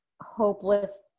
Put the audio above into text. hopeless